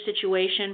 situation